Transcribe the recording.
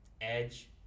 Edge